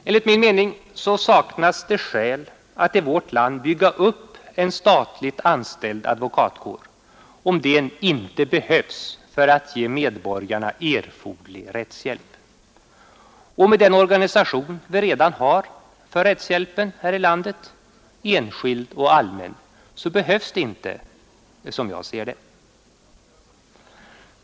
Enligt min mening saknas det skäl att i vårt land bygga upp en statligt anställd advokatkår, om detta inte behövs för att ge medborgarna erforderlig rättshjälp. Och med den organisation vi redan har för rättshjälpen här i landet — enskild och allmän — behövs det inte.